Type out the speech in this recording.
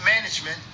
management